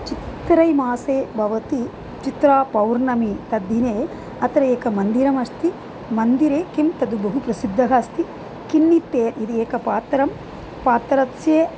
चित्रैमासे भवति चैत्रपौर्णमी तद्दिने अत्र एकं मन्दिरमस्ति मन्दिरे किं तद् बहु प्रसिद्धः अस्ति किन्नित्ते इति एकं पात्रं पात्रस्य